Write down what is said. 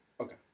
okay